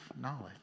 knowledge